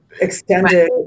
extended